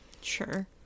sure